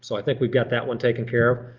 so i think we've got that one taken care of.